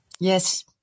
Yes